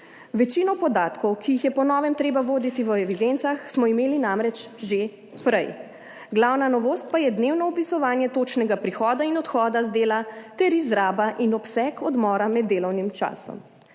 Večino podatkov, ki jih je po novem treba voditi v evidencah, smo imeli namreč že prej. Glavna novost pa je dnevno opisovanje točnega prihoda in odhoda z dela ter izraba in obseg odmora med delovnim časom.